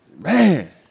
Man